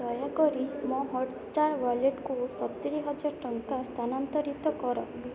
ଦୟାକରି ମୋ ହଟ୍ଷ୍ଟାର୍ ୱାଲେଟ୍କୁ ସତୁରି ହଜାର ଟଙ୍କା ସ୍ଥାନାନ୍ତରିତ କର